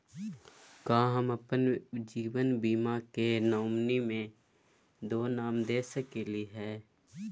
का हम अप्पन जीवन बीमा के नॉमिनी में दो नाम दे सकली हई?